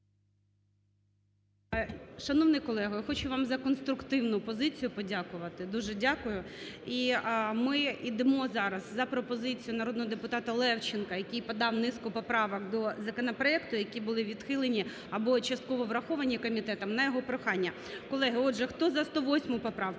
Шановний колего, я хочу вам за конструктивну позицію подякувати. Дуже дякую. І ми ідемо зараз за пропозицією народного депутата Левченка, який подав низку поправок до законопроекту, які були відхилені або частково враховані комітетом, на його прохання. Колеги, отже хто за 108-у поправку,